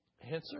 Answer